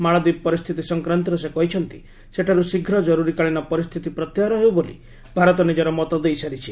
ମାଳଦ୍ୱୀପ ପରିସ୍ଥିତି ସଂକ୍ରାନ୍ତରେ ସେ କହିଛନ୍ତି ସେଠାରୁ ଶୀଘ୍ର ଜରୁରୀକାଳୀନ ପରିସ୍ଥିତି ପ୍ରତ୍ୟାହାର ହେଉ ବୋଲି ଭାରତ ନିଜ୍ଚର ମତ ଦେଇସାରିଛି